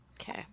Okay